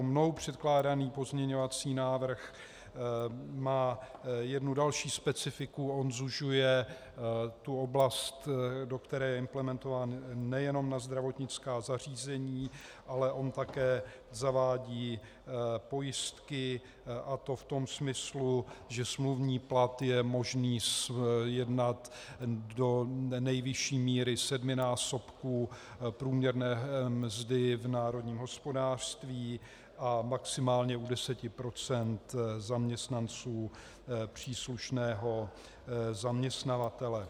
Mnou předkládaný pozměňovací návrh má jedno další specifikum, on zužuje oblast, do které je implementován, nejenom na zdravotnická zařízení, ale on také zavádí pojistky, a to v tom smyslu, že smluvní plat je možné sjednat do nejvyšší míry sedminásobku průměrné mzdy v národním hospodářství a maximálně u 10 % zaměstnanců příslušného zaměstnavatele.